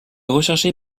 recherché